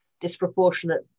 disproportionate